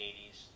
80s